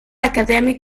academy